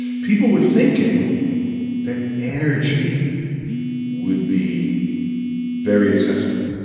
people were thinking that energy would be very accessible,